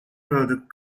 product